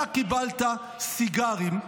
אתה קיבלת סיגרים,